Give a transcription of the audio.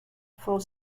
for